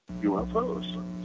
UFOs